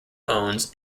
owns